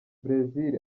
brezil